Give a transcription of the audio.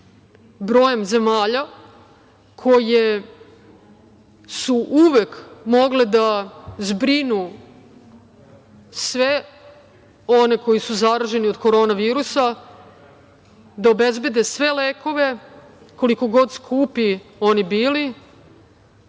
brojem zemalja koje su uvek mogle da zbrinu sve one koji su zaraženi od korona virusa, da obezbede sve lekove koliko god skupi oni bili,